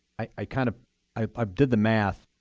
i kind of i did the math.